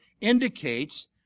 indicates